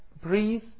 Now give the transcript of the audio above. breathe